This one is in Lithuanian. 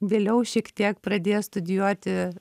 vėliau šiek tiek pradėję studijuoti